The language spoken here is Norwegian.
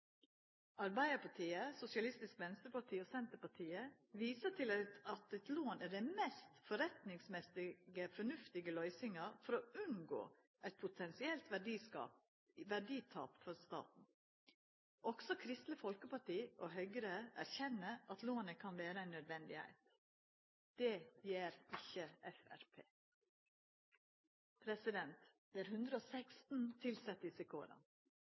Arbeiderpartiet, SV og Senterpartiet viser til at eit lån er den mest forretningsmessig fornuftige løysinga for å unngå eit potensielt verditap for staten. Også Kristeleg Folkeparti og Høgre erkjenner at lånet kan vere naudsynt. Det gjer ikkje Framstegspartiet. Det er 116 tilsette i